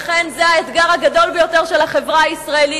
לכן, זה האתגר הגדול ביותר של החברה הישראלית.